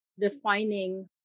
defining